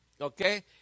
Okay